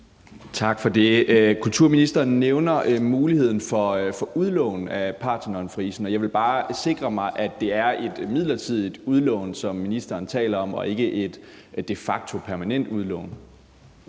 Tak for det. Kulturministeren nævner muligheden for udlån af Parthenonfrisen, og jeg vil bare sikre mig, at det er et midlertidigt udlån, ministeren taler om, og ikke de facto et permanent udlån.